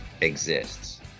exists